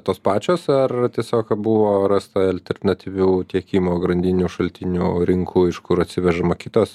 tos pačios ar tiesiog buvo rasta alternatyvių tiekimo grandinių šaltiniu rinkų iš kur atsivežama kitos